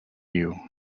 you